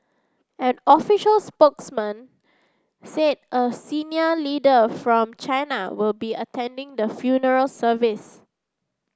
an official spokesman said a senior leader from China will be attending the funeral service